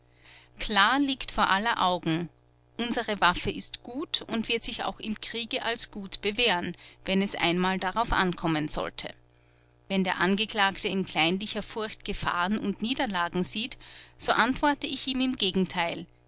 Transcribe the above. klar liegt vor aller augen unsere waffe ist gut und wird sich auch im kriege als gut bewähren wenn es einmal darauf ankommen sollte wenn der angeklagte in kleinlicher furcht gefahren und niederlagen sieht so antworte ich ihm im gegenteil